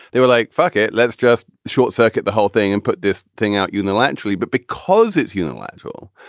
they were like, fuck it, let's just short circuit the whole thing and put this thing out unilaterally. but because it's unilateral,